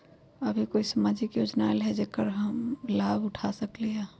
अभी कोई सामाजिक योजना आयल है जेकर लाभ हम उठा सकली ह?